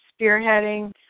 spearheading